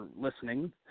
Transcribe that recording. listening